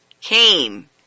came